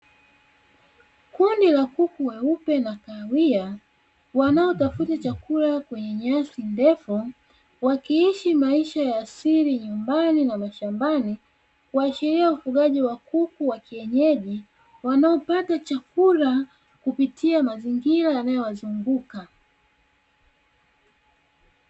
Kundi la kuku weupe na kahawia, wanaotafuta chakula kwenye nyasi ndefu, wakiishi maisha ya asili nyumbani na mashambani, kuashiria ufugaji wa kuku wa kienyeji, wanaopata chakula kupitia mazingira yanayowazunguka.